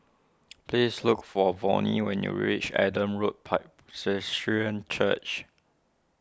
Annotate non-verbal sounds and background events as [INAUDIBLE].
[NOISE] please look for Volney when you reach Adam Road [UNINTELLIGIBLE] Church